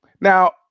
Now